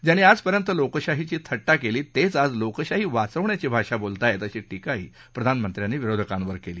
ज्यांनी आजपर्यंत लोकशाहीची थट्टा केली तेच आज लोकशाही वाचवण्याची भाषा बोलत आहेत अशी टीका प्रधानमंत्र्यांनी विरोधकांवर केली